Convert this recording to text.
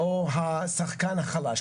או השחקן החלש?